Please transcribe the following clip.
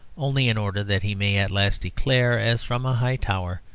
only in order that he may at last declare, as from a high tower,